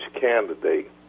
candidate